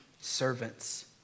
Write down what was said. servants